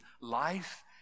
life